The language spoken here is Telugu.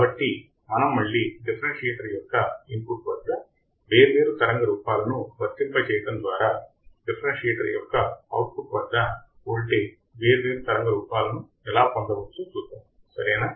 కాబట్టి మనం మళ్ళీ డిఫరెన్షియేటర్ యొక్క ఇన్పుట్ వద్ద వేర్వేరు తరంగ రూపాలను వర్తింపజేయడం ద్వారా డిఫరెన్సియేటర్ యొక్క అవుట్పుట్ వద్ద వోల్టేజ్ వేర్వేరు తరంగ రూపాలను ఎలా పొందవచ్చో చూద్దాం సరేనా